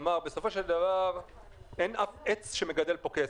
בסופו של דבר אין עץ שמגדל כאן כסף,